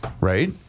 Right